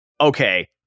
okay